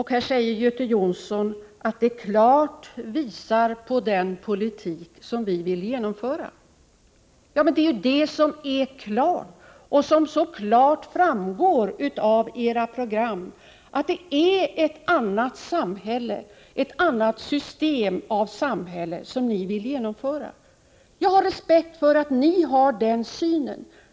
Här säger Göte Jonsson att ”de klart visar på den politik som vi vill genomföra”. Men det är ju det som så klart framgår av era program: att det är ett annat samhälle, ett annat system som ni vill genomföra. Jag har respekt för att ni har den synen.